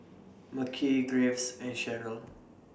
Mekhi Graves and Cherrelle